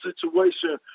situation